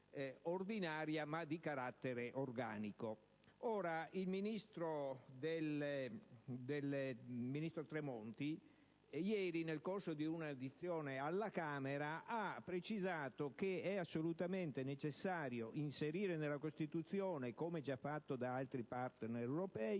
il ministro Tremonti, nel corso di un'audizione ieri alla Camera, ha precisato che è assolutamente necessario inserire nella Costituzione, come già fatto da altri *partner* europei,